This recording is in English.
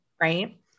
right